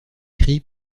cris